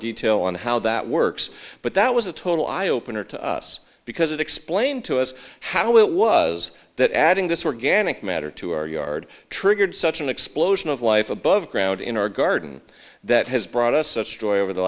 detail on how that works but that was a total eye opener to us because it explained to us how it was that adding this organic matter to our yard triggered such an explosion of life above ground in our garden that has brought us such joy over the